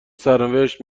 سرنوشت